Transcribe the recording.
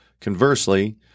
conversely